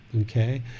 okay